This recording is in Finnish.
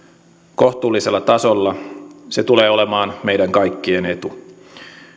kohtuullisella tasolla se tulee olemaan meidän kaikkien etu